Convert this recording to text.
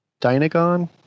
Dinagon